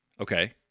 Okay